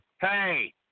Hey